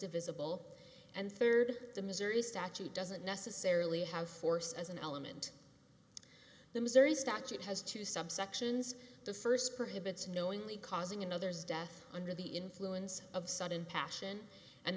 divisible and third the missouri statute doesn't necessarily have force as an element of the missouri statute has to subsections the first privets knowingly causing another's death under the influence of sudden passion and